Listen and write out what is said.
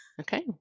Okay